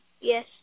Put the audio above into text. Yes